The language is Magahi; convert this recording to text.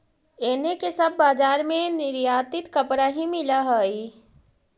एने के सब बजार में निर्यातित कपड़ा ही मिल हई